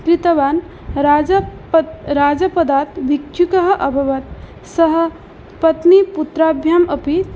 कृतवान् राज पद् राजपदात् भिक्षुकः अभवत् सः पत्नीपुत्राभ्याम् अपि